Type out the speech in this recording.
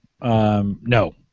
No